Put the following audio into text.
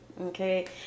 Okay